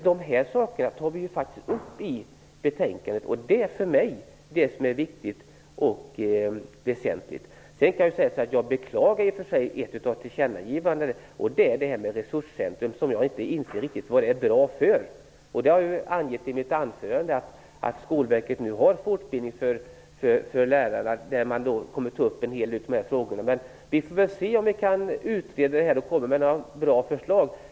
Det här tar vi faktiskt upp i betänkandet, och det är för mig det som är viktigt och väsentligt. Sedan kan jag säga att jag beklagar i och för sig ett av tillkännagivandena, och det är det om resurscentrum, som jag inte inser riktigt vad det är bra för. Jag har angivit i mitt huvudanförande att Skolverket nu har fortbildning för lärare, där man kommer att ta upp en hel del av de frågor som utskottet har berört. Vi får väl se om en utredning kan komma med några bra förslag.